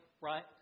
right